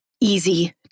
easy